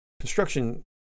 Construction